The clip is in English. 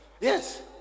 Yes